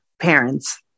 parents